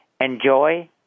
enjoy